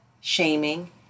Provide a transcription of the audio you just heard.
shaming